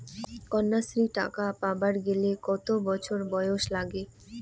কন্যাশ্রী টাকা পাবার গেলে কতো বছর বয়স লাগে?